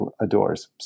adores